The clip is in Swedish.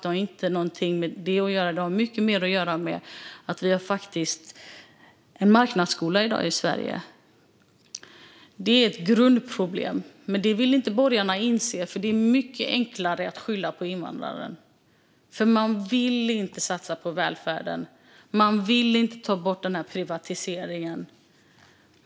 Det har inte något med det att göra. Det har mycket mer att göra med att vi i dag har en marknadsskola i Sverige. Det är ett grundproblem, men det vill inte borgarna inse, för det är mycket enklare att skylla på invandrare. Man vill inte satsa på välfärden. Man vill inte ta bort privatiseringen.